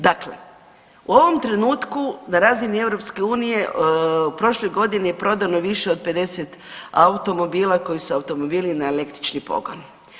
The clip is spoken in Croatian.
Dakle, u ovom trenutku na razini EU u prošloj godini je prodano više od 50 automobila koji su automobili na električni pogon.